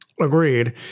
Agreed